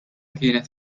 kienet